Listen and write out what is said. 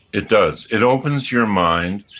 it does. it opens your mind.